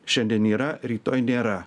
šiandien yra rytoj nėra